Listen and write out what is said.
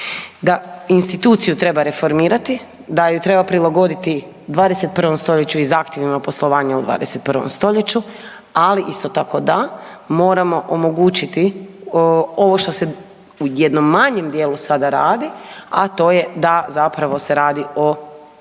Da instituciju treba reformirati, da ju treba prilagoditi 21. stoljeću i zahtjevima o poslovanju u 21. stoljeću, ali isto tako da moramo omogućiti ovo što se u jednom manjem dijelu sada radi, a to je da zapravo se radi o dobrovoljnom